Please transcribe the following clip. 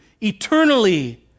eternally